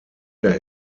der